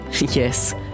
Yes